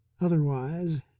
Otherwise